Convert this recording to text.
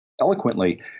eloquently